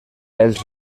els